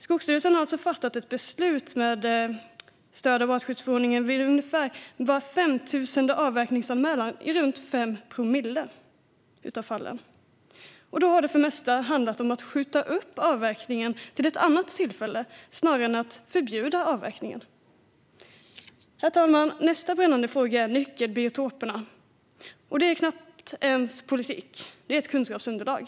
Skogsstyrelsen har alltså fattat ett beslut med stöd av artskyddsförordningen vid ungefär var femtusende avverkningsanmälan, det vill säga i runt 5 promille av fallen, och då har det för det mesta handlat om att skjuta upp avverkningen till ett annat tillfälle snarare än att förbjuda avverkningen. Herr talman! Nästa brännande fråga är nyckelbiotoperna, och det är knappt ens politik - det är ett kunskapsunderlag.